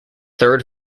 third